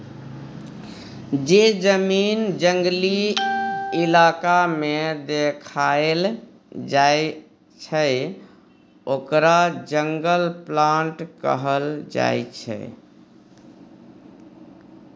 जे जमीन जंगली इलाका में देखाएल जाइ छइ ओकरा जंगल प्लॉट कहल जाइ छइ